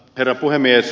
herra puhemies